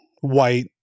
white